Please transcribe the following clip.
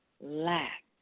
lack